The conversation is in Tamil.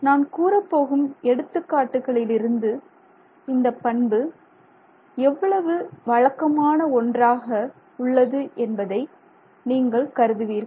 நான் கூறப்போகும் எடுத்துக்காட்டுகளிலிருந்து இந்தப் பண்பு எவ்வளவு வழக்கமான ஒன்றாக உள்ளது என்பதை நீங்கள் கருதுவீர்கள்